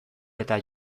eta